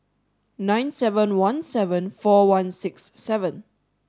nine seven one seven four one six seven